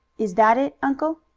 is that it, uncle?